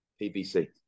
PBC